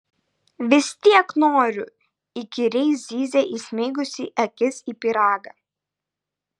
vis tiek noriu įkyriai zyzė įsmeigusi akis į pyragą